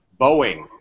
Boeing